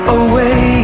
away